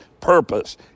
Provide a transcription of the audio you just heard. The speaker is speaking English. purpose